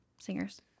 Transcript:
singers